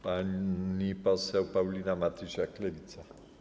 Pani poseł Paulina Matysiak, Lewica.